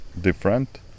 different